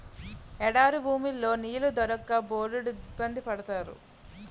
ఎడారి భూముల్లో నీళ్లు దొరక్క బోలెడిబ్బంది పడతారు